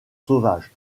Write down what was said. sauvages